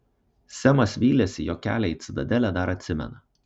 semas vylėsi jog kelią į citadelę dar atsimena